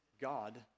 God